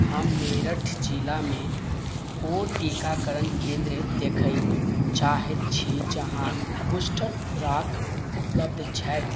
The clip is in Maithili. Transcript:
हम मेरठ जिलामे ओ टीकाकरण केन्द्र देखय चाहैत छी जहाँ बूस्टर खुराक उपलब्ध छैक